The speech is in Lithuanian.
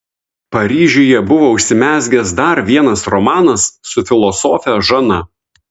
paryžiuje buvo užsimezgęs dar vienas romanas su filosofe žana